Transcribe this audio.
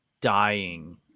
dying